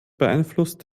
beeinflusst